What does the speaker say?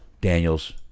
Daniels